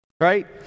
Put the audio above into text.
right